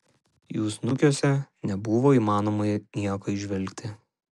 jų snukiuose nebuvo įmanoma nieko įžvelgti